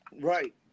Right